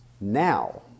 now